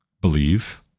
believe